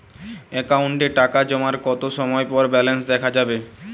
অ্যাকাউন্টে টাকা জমার কতো সময় পর ব্যালেন্স দেখা যাবে?